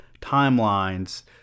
timelines